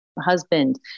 husband